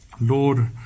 Lord